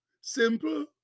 Simple